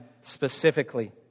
specifically